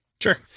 Sure